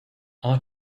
are